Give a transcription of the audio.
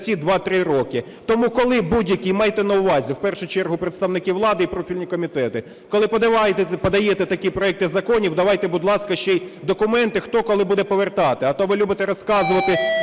Тому, коли будь-який, майте на увазі, в першу чергу представники влади і профільні комітети, коли подаєте такі проекти законів, давайте, будь ласка, ще й документи, хто, коли буде повертати. А то ви любите розказувати: